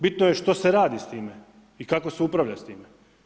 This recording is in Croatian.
Bitno je što se radi s time i kako se upravlja s time.